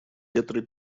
ветры